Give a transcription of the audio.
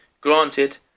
Granted